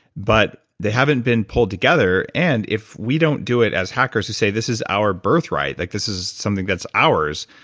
but they haven't been pulled together and if we don't do it as hackers who say, this is our birthright. like this is something that's ours,